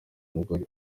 umugore